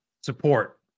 support